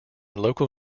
local